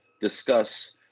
discuss